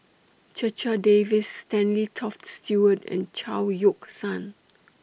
Checha Davies Stanley Toft Stewart and Chao Yoke San